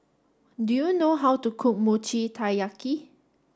do you know how to cook Mochi Taiyaki